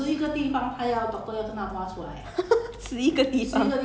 so it's good good and bad more good than bad